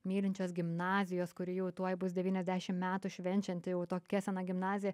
mylinčios gimnazijos kuri jau tuoj bus devyniasdešim metų švenčianti jau tokia sena gimnazija